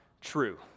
true